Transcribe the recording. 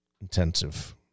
intensive